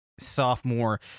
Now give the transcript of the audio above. sophomore